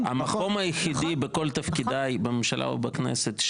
המקום היחיד בכל תפקידי בממשלה ובכנסת,